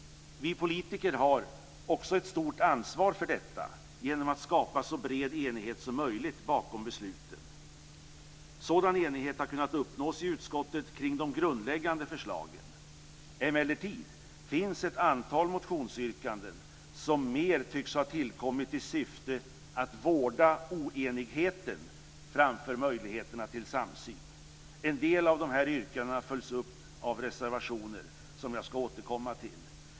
Vi politiker har också ett stort ansvar för detta genom att skapa så bred enighet som möjligt bakom besluten. Sådan enighet har kunnat uppnås i utskottet omkring de grundläggande förslagen. Emellertid finns ett antal motionsyrkanden som mer tycks ha tillkommit i syfte att vårda oenigheten än möjligheterna till samsyn. En del av de här yrkandena följs upp av reservationer, som jag ska återkomma till.